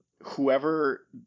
whoever